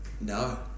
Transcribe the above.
no